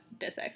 Disick